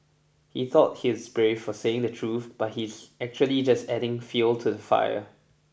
he thought he's brave for saying the truth but he's actually just adding fuel to the fire